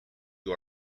you